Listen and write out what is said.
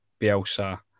Bielsa